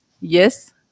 Yes